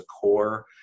core